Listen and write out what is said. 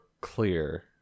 clear